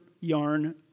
yarn